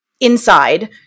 inside